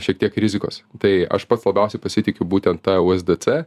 šiek tiek rizikos tai aš pats labiausiai pasitikiu būtent ta uesdėcė